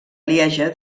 lieja